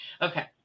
okay